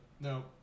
no